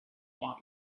want